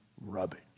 rubbish